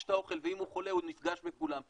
את האוכל ואם הוא חולה הוא נפגש בכולם.